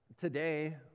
today